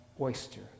oyster